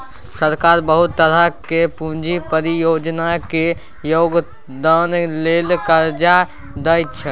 सरकार बहुत तरहक पूंजी परियोजना केर भोगतान लेल कर्जा दइ छै